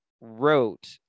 wrote